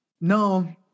No